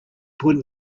point